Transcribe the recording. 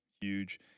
huge